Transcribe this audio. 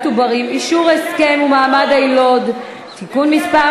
עוברים (אישור הסכם ומעמד היילוד) (תיקון מס'